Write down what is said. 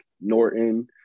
Norton